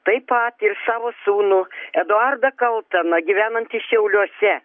taip pat ir savo sūnų eduardą kalteną gyvenantį šiauliuose